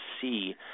see